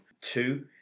Two